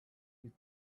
you